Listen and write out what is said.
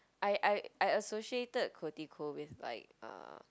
I I I associated with like uh